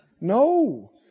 no